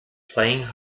playing